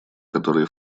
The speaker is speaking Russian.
которые